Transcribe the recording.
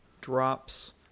drops